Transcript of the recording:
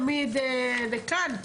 אז אין בעיה שנביא את שניכם תמיד לכאן,